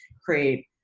create